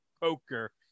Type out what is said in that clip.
poker